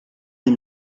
des